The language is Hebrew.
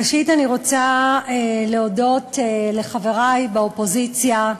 ראשית, אני רוצה להודות לחברי באופוזיציה,